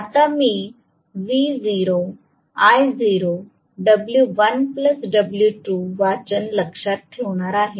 आता मी V 0 I0 W 1 W 2 वाचन लक्षात ठेवणार आहे